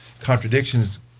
contradictions